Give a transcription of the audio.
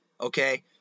okay